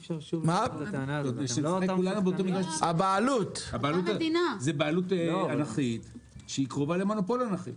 זה בעלות אנכית שקרובה למונופול אנכי.